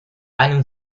einem